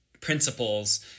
principles